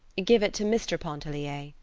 give it to mr. pontellier,